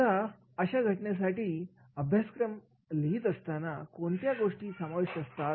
आताअशा घटनेचा अभ्यासक्रम लिहीत असतानाकोणत्या गोष्टी समाविष्ट असतात